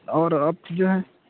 اور اب جو ہے